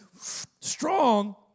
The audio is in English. strong